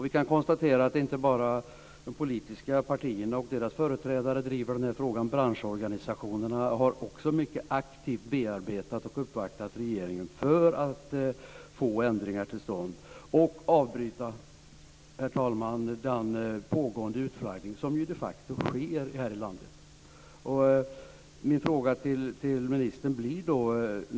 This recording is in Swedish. Vi kan konstatera att inte bara de politiska partierna och deras företrädare driver den här frågan. Branschorganisationerna har också mycket aktivt bearbetat och uppvaktat regeringen för att få ändringar till stånd och avbryta den pågående utflaggning som de facto sker här i landet. Min fråga till ministern blir följande.